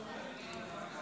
אדוני היושב בראש,